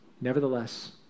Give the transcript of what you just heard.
nevertheless